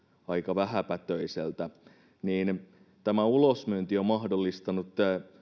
aika vähäpätöiseltä niin tämä ulosmyynti on mahdollistanut